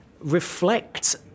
reflect